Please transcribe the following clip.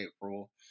April